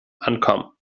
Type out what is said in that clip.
ankommen